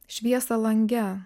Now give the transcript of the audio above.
šviesą lange